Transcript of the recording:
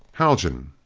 haljan!